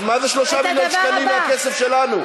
אז מה זה 3 מיליון שקלים מהכסף שלנו?